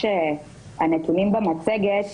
לגבי הנתונים במצגת